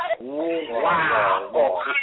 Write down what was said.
Wow